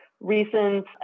Recent